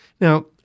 Now